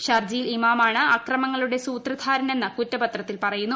ഷർജീൽ ഇമാമാണ് അക്രമങ്ങളുടെ സൂത്രധാരൻ എന്ന് കുറ്റപത്രത്തിൽ പറയുന്നു